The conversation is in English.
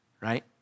right